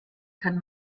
kann